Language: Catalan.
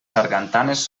sargantanes